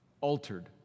altered